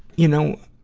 you know.